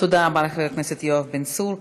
תודה רבה לחבר הכנסת יואב בן צור.